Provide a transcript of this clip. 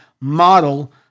Model